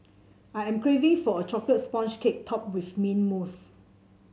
I am craving for a chocolate sponge cake topped with mint mousse